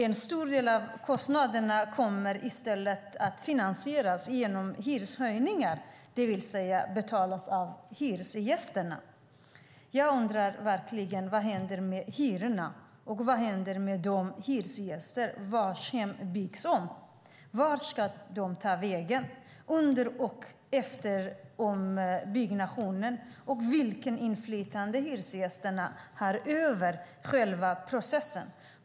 En stor del av kostnaderna kommer i stället att finansieras genom hyreshöjningar, det vill säga betalas av hyresgästerna. Jag undrar verkligen vad som händer med hyrorna och vad som händer med de hyresgäster vars hem byggs om. Vart ska de ta vägen under och efter ombyggnationen? Vilket inflytande har hyresgästerna över själva processen?